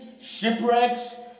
shipwrecks